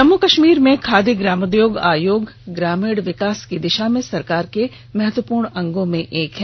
जम्मू कश्मीर में खादी ग्रामोद्योग आयोग ग्रामीण विकास की दिशा में सरकार के महत्वपूर्ण अंगों में एक है